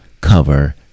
cover